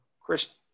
Chris